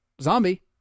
zombie